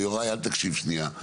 ויוראי, אל תקשיב שנייה.